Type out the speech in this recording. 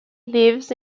lives